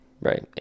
Right